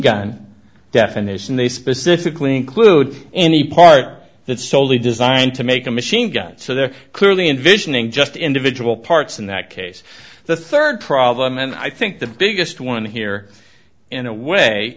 gun definition they specifically include any part that's soley designed to make a machine gun so they're clearly envisioning just individual parts in that case the third problem and i think the biggest one here in a way